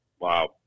Wow